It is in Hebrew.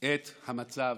את המצב.